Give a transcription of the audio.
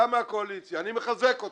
אתה מהקואליציה, אני מחזק אותו.